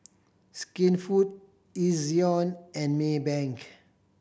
Skinfood Ezion and Maybank